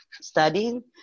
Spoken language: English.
Studying